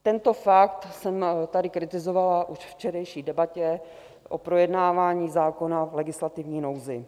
Tento fakt jsem tady kritizovala už ve včerejší debatě o projednávání zákona v legislativní nouzi.